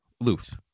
Loose